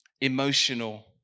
emotional